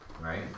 right